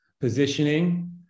positioning